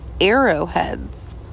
arrowheads